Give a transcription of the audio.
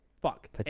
Fuck